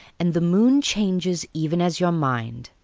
and the moon changes even as your mind.